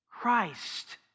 Christ